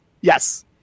Yes